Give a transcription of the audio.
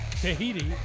Tahiti